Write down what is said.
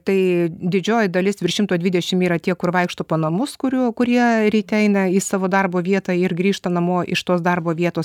tai didžioji dalis virš šimto dvidešim yra tie kur vaikšto po namus kurių kurie ryte eina į savo darbo vietą ir grįžta namo iš tos darbo vietos